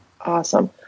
Awesome